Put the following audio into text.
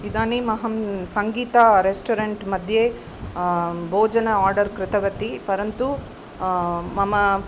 इदानीम् अहं सङ्गीता रेस्टोरेन्ट्मध्ये भोजनम् आर्डर् कृतवती परन्तु मम